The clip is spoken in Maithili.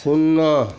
शुन्ना